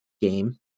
game